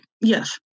Yes